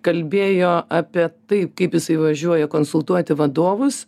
kalbėjo apie tai kaip jisai važiuoja konsultuoti vadovus